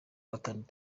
gatandatu